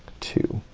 two,